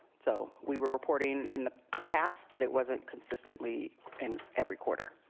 so we were reporting in the past, but it wasn't consistently in every quarter.